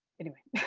anyway,